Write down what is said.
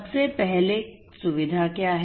सबसे पहले सुविधा क्या है